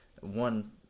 One